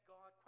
God